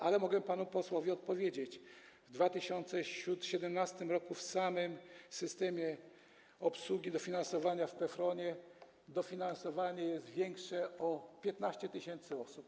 Ale mogę panu posłowi odpowiedzieć: w 2017 r. w samym systemie obsługi dofinansowań w PFRON-ie dofinansowanie jest większe o 15 tys. osób.